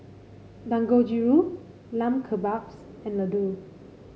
Dangojiru Lamb Kebabs and Ladoo